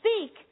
speak